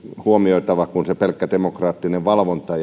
huomioitava kuin pelkkä demokraattinen valvonta